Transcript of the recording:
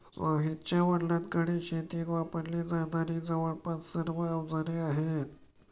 रोहितच्या वडिलांकडे शेतीत वापरली जाणारी जवळपास सर्व अवजारे आहेत